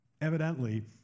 Evidently